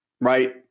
right